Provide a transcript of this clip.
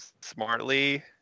smartly